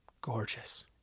Gorgeous